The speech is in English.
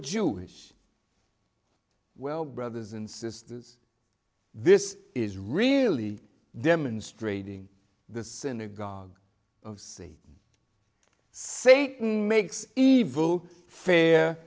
jewish well brothers and sisters this is really demonstrating the synagogue see satan makes evil fair